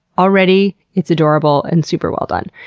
already, it's adorable and super well done.